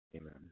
Amen